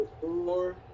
four